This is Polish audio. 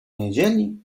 niedzieli